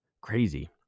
crazy